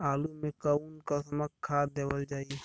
आलू मे कऊन कसमक खाद देवल जाई?